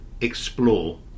explore